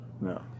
No